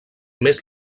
més